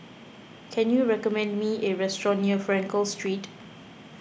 can you recommend me a restaurant near Frankel Street